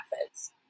methods